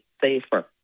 safer